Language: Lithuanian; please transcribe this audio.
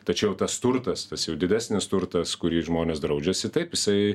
tačiau tas turtas tas jau didesnis turtas kurį žmonės draudžiasi taip jisai